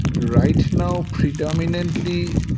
right now predominantly,